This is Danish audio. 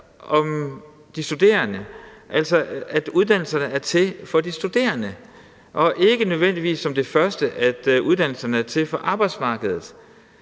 om de studerende, så uddannelserne er til for de studerende og ikke nødvendigvis som det første er til for arbejdsmarkedet.